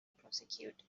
prosecuted